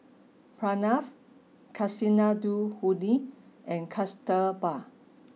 Pranav Kasinadhuni and Kasturba